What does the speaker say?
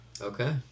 Okay